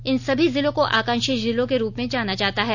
इन सभी जिलों को आकांक्षी जिलों के रूप में जाना जाता है